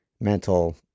mental